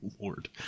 Lord